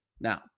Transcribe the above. Now